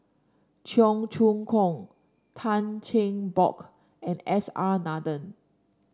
Cheong Choong Kong Tan Cheng Bock and S R Nathan